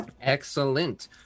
Excellent